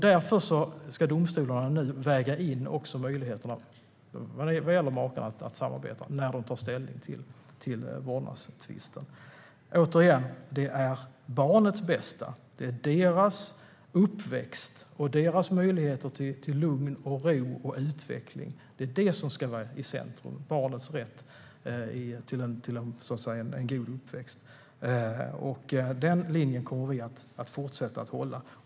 Därför ska domstolarna väga in också föräldrarnas möjlighet att samarbeta när de tar ställning i vårdnadstvister. Återigen: Det är barnets bästa, det vill säga barnets rätt till en god uppväxt och möjligheter till lugn och ro och utveckling, som ska stå i centrum. Den linjen kommer vi att fortsätta att hålla.